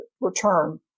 return